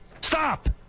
Stop